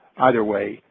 either way,